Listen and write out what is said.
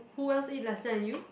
who else eat lesser than you